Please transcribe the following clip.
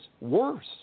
worse